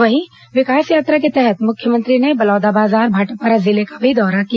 वहीं विकास यात्रा के तहत मुख्यमंत्री ने बलौदाबाजार भाटापारा जिले का भी दौरा किया